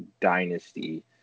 dynasty